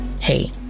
Hey